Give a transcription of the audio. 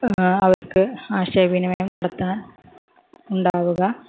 അവർക്ക് ആശയവിനിമയം നടത്താൻ ഉണ്ടാവുക